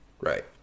Right